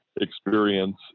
experience